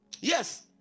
Yes